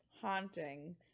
Haunting